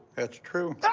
that's true.